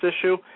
issue